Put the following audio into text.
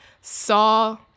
saw